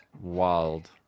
Wild